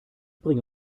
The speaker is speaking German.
bringe